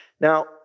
Now